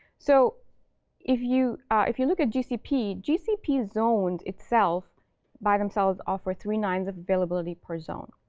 so if you if you look at gcp, gcp zoned itself by themselves offer three nines of availability per zone.